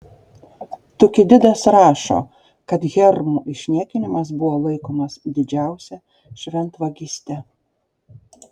tukididas rašo kad hermų išniekinimas buvo laikomas didžiausia šventvagyste